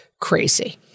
crazy